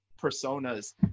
personas